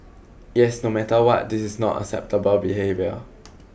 yes no matter what this is not acceptable behaviour